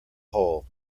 hole